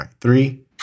Three